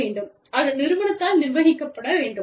அது நிறுவனத்தால் நிர்வகிக்கப்பட வேண்டும்